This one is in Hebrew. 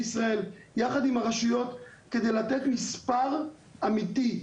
ישראל יחד עם הרשויות כדי לתת מספר אמיתי,